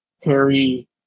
Harry